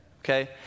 okay